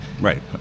Right